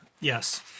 Yes